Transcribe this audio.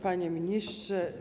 Panie Ministrze!